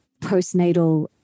postnatal